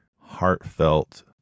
heartfelt